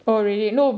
oh really no but